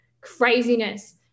craziness